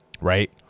right